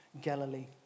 Galilee